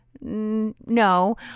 No